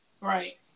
Right